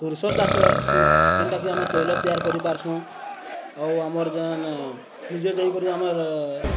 ସୁର୍ଷୋ ଚାଷ ହେସି ଯେନ୍ଟାକି ଆମେ ତୈଳ ତିଆର୍ କରିପାର୍ସୁଁ ଆଉ ଆମର୍ ଯେନେ ନିଜେ ଯାଇକରି ଆମର୍